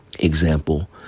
Example